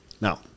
Now